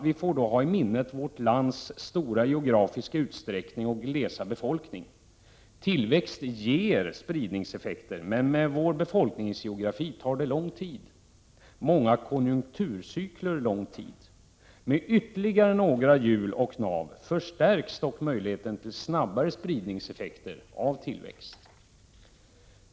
Vi får då ha i minnet vårt lands stora geografiska utsträckning och glesa befolkning. Tillväxt ger spridningseffekter, men med vår befolkningsgeografi tar det lång tid, och många konjunkturcykler tar lång tid. Med ytterligare några hjul och nav förstärks dock möjligheten till snabbare spridningseffekter av tillväxt.